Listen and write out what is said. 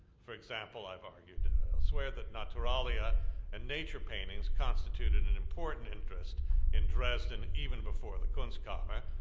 for example, i've argued elsewhere that naturalia and nature paintings constituted an important interest in dresden even before the kunstkammer,